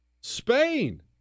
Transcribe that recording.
Spain